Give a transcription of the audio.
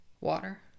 water